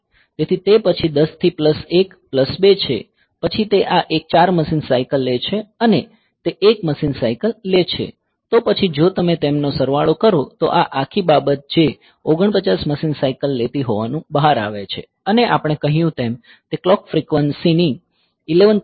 તેથી તે પછી 10 થી 1 પ્લસ 1 પ્લસ 2 છે પછી તે આ એક 4 મશીન સાયકલ લે છે અને તે 1 મશીન સાયકલ લે છે તો પછી જો તમે તેમનો સરવાળો કરો તો આ આખી બાબત જે 49 મશીન સાયકલ લેતી હોવાનું બહાર આવે છે અને આપણે કહ્યું તેમ તે ક્લોક ફ્રિક્વન્સી 11